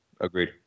Agreed